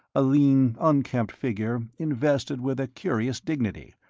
a lean, unkempt figure invested with a curious dignity,